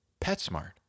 PetSmart